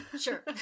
Sure